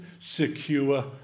secure